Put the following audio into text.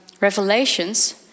Revelations